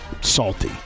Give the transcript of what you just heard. salty